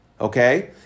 Okay